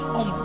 on